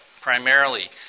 primarily